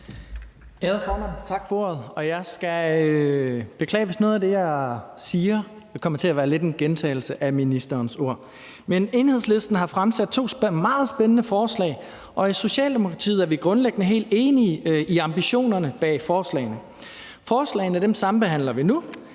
jeg skal beklage, hvis noget af det, jeg siger, lidt kommer til at være en gentagelse af ministerens ord. Men Enhedslisten har fremsat to meget spændende forslag, og i Socialdemokratiet er vi grundlæggende helt enige i ambitionerne bag forslagene. Forslagene sambehandler vi nu,